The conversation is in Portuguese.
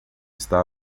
está